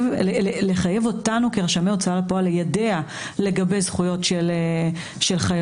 לחייב אותנו כרשמי הוצאה לפועל ליידע לגבי זכויות של חייבים.